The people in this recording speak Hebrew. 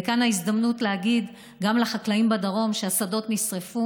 וכאן ההזדמנות להגיד גם לחקלאים בדרום שהשדות שלהם נשרפו